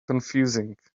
confusing